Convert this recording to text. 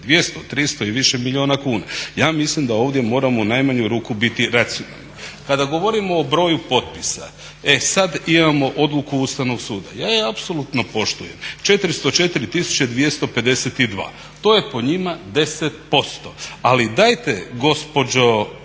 200, 300 i više milijuna kuna. Ja mislim da ovdje moramo u najmanju ruku biti racionalni. Kada govorimo o broju potpisa, e sad imamo odluku Ustavnog suda. Ja je apsolutno poštujem. 404 tisuće 252 to je po njima 10%. Ali dajte gospođo